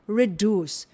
reduce